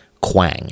quang